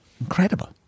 incredible